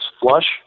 flush